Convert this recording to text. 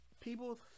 people